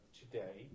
today